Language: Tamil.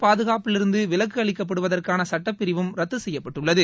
பாதுகாப்பிலிருந்து விலக்கு அளிக்கப்படுவதற்கான சட்டப்பிரிவும் தேசிய ரத்து செய்யப்பட்டுள்ளது